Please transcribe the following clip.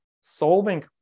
solving